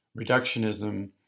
reductionism